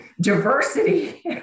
diversity